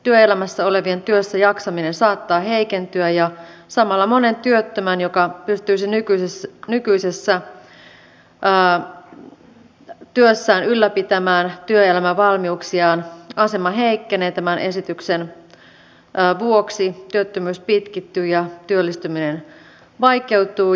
työelämässä olevien työssäjaksaminen saattaa heikentyä ja samalla monen työttömän joka pystyisi nykyisessä työssään ylläpitämään työelämävalmiuksiaan asema heikkenee tämän esityksen vuoksi työttömyys pitkittyy ja työllistyminen vaikeutuu